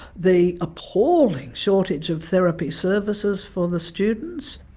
the appalling shortage of therapy services for the students.